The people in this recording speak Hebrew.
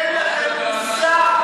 אין לכם מושג,